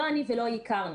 לא אני ולא היא הכרנו.